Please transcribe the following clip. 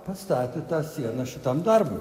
pastatė tą sieną šitam darbui